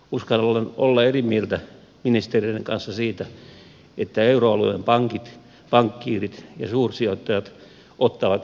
uskallan olla eri mieltä ministereiden kanssa siitä että euroalueen pankit pankkiirit ja suursijoittajat ottavat opikseen